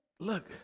Look